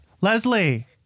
Leslie